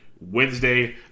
Wednesday